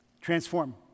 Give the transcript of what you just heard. Transform